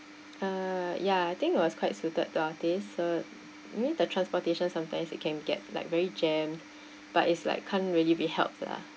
uh ya I think it was quite suited they are days so I mean the transportation sometimes it can get like very jammed but it's like can't really be helped lah